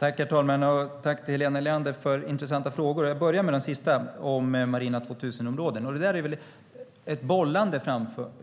Herr talman! Tack för intressanta frågor, Helena Leander! Jag börjar med den sista om marina Natura 2000-områden.